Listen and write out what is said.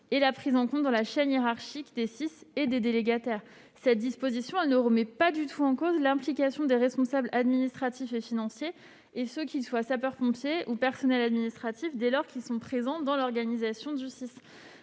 et à la prise en compte dans la chaîne hiérarchique des SIS et des délégataires. Cette disposition ne remet pas du tout en cause l'implication des responsables administratifs et financiers, qu'ils soient sapeurs-pompiers ou personnels administratifs, dès lors qu'ils sont présents dans l'organisation du SIS.